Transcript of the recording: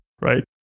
right